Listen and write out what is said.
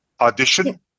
audition